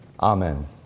Amen